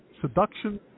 seduction